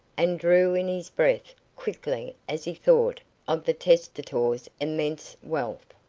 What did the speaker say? and drew in his breath quickly as he thought of the testator's immense wealth,